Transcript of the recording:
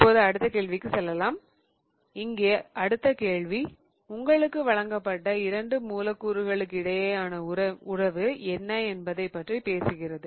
இப்போது அடுத்த கேள்விக்கு செல்லலாம் இங்கே அடுத்த கேள்வி உங்களுக்கு வழங்கப்பட்ட இரண்டு மூலக்கூறுகளுக்கிடையேயான உறவு என்ன என்பதைப் பற்றி பேசுகிறது